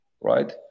right